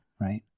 right